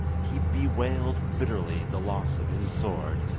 he bewailed bitterly the loss of his sword,